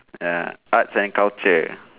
ya arts and culture